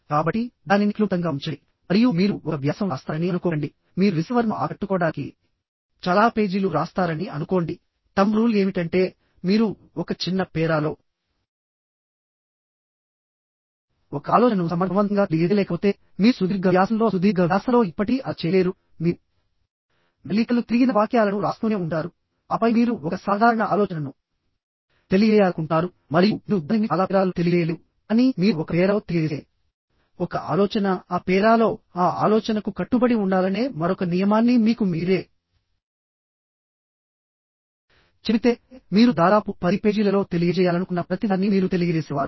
కాబట్టి దానిని క్లుప్తంగా ఉంచండి మరియు మీరు ఒక వ్యాసం వ్రాస్తారని అనుకోకండి మీరు రిసీవర్ను ఆకట్టుకోవడానికి చాలా పేజీలు వ్రాస్తారని అనుకోండి తంబ్ రూల్ ఏమిటంటే మీరు ఒక చిన్న పేరాలో ఒక ఆలోచనను సమర్థవంతంగా తెలియజేయలేకపోతే మీరు సుదీర్ఘ వ్యాసంలో సుదీర్ఘ వ్యాసంలో ఎప్పటికీ అలా చేయలేరు మీరు మెలికలు తిరిగిన వాక్యాలను వ్రాస్తూనే ఉంటారు ఆపై మీరు ఒక సాధారణ ఆలోచనను తెలియజేయాలనుకుంటున్నారు మరియు మీరు దానిని చాలా పేరాల్లో తెలియజేయలేరు కానీ మీరు ఒక పేరాలో తెలియజేసే ఒక ఆలోచన ఆ పేరాలో ఆ ఆలోచనకు కట్టుబడి ఉండాలనే మరొక నియమాన్ని మీకు మీరే చెబితే మీరు దాదాపు పది పేజీలలో తెలియజేయాలనుకున్న ప్రతిదాన్ని మీరు తెలియజేసేవారు